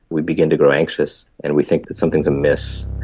we begin to grow anxious and we think that something is amiss.